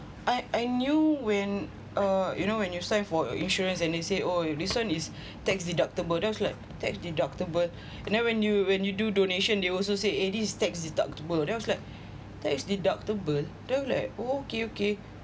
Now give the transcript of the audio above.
I I knew when uh you know when you signed for insurance and they say oh this one is tax deductible then I was like tax deductible and then when you when you do donation they also say this tax deductible then I was like that is deductible then I was like oh okay okay